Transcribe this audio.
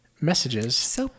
messages